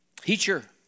teacher